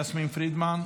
חברת הכנסת יסמין פרידמן,